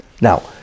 Now